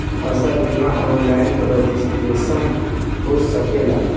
फसल बिमा online registration हो सकेला?